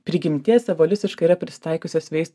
prigimties evoliuciškai yra prisitaikiusios veis